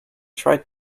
tried